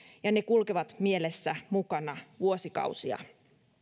ja ne kulkevat mielessä mukana vuosikausia